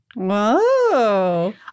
Whoa